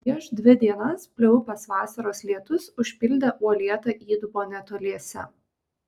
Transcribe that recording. prieš dvi dienas pliaupęs vasaros lietus užpildė uolėtą įdubą netoliese